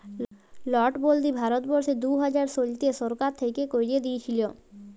লটবল্দি ভারতবর্ষে দু হাজার শলতে সরকার থ্যাইকে ক্যাইরে দিঁইয়েছিল